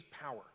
power